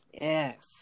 yes